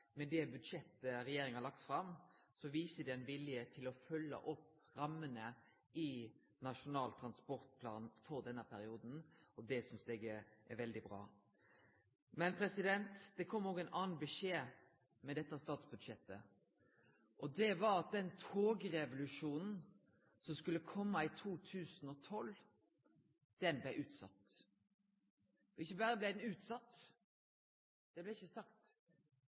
med det budsjettet som er lagt fram, viser vilje til å følgje opp rammene i Nasjonal transportplan for denne perioden. Det synest eg er veldig bra. Men det kom òg ein annan beskjed med dette statsbudsjettet, og det var at den togrevolusjonen som skulle kome i 2012, blei utsett. Og ikkje berre blei han utsett, det blei ikkje sagt